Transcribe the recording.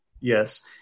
Yes